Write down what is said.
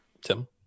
Tim